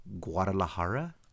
Guadalajara